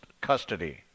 custody